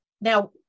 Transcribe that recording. Now